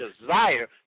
desire